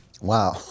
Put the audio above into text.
Wow